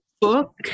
book